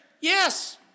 Yes